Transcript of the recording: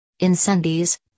Incendies